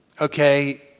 Okay